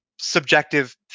subjective